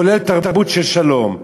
כולל תרבות של שלום,